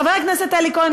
חבר הכנסת אלי כהן,